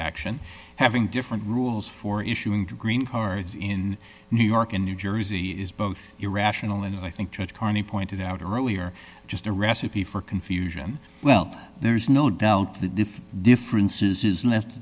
action having different rules for issuing to green cards in new york in new jersey is both irrational and as i think judge carney pointed out earlier just a recipe for confusion well there's no doubt the diff differences is le